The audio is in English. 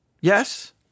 Yes